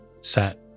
set